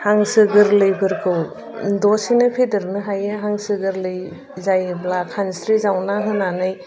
हांसो गोरलैफोरखौ दसेनो फेदेरनो हायो हांसो गोरलै जायोब्ला खानस्रि जावना होनानै